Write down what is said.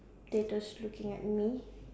they just looking at me